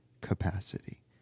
capacity